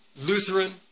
Lutheran